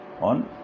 on